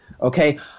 okay